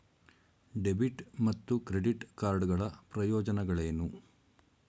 Debit ಮತ್ತು credit card ಗಳ ಪ್ರಯೋಜನಗಳೇನು?